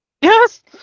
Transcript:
Yes